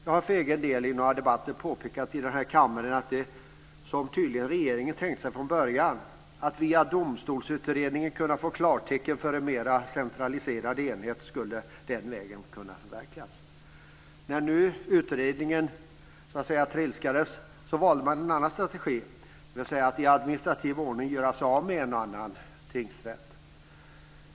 Jag har för egen del i några debatter påpekat i denna kammare att det som regeringen tydligen tänkte sig från början, att via Domstolsutredningen kunna få klartecken för en mer centraliserad enhet, skulle kunna förverkligas. När nu utredningen så att säga trilskades valde man en annan strategi, dvs. att i administrativ ordning göra sig av med en och annan tingsrätt.